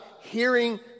hearing